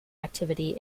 activity